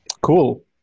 Cool